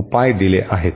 उपाय दिले आहेत